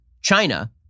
China